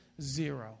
zero